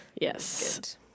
yes